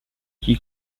qui